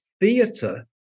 theatre